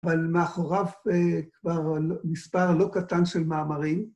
אבל מאחוריו כבר מספר לא קטן של מאמרים.